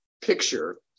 picture